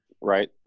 Right